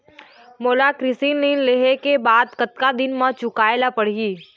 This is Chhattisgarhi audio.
मोला कृषि ऋण लेहे के बाद कतका दिन मा चुकाए ले पड़ही?